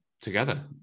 together